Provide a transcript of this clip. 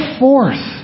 forth